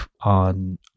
on